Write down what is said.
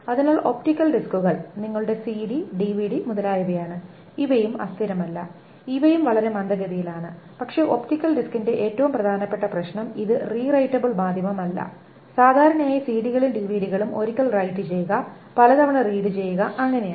അതിനാൽ ഒപ്റ്റിക്കൽ ഡിസ്കുകൾ നിങ്ങളുടെ സിഡി ഡിവിഡി മുതലായവയാണ് ഇവയും അസ്ഥിരമല്ല ഇവയും വളരെ മന്ദഗതിയിലാണ് പക്ഷേ ഒപ്റ്റിക്കൽ ഡിസ്കിന്റെ ഏറ്റവും പ്രധാനപ്പെട്ട പ്രശ്നം ഇത് റീ റൈറ്റബിൾ മാധ്യമമല്ല സാധാരണയായി സിഡികളും ഡിവിഡികളും ഒരിക്കൽ റൈറ്റു ചെയ്യുക പല തവണ റീഡ് ചെയ്യുക അങ്ങനെയാണ്